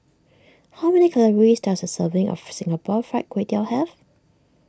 how many calories does a serving of Singapore Fried Kway Tiao have